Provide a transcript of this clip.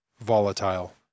volatile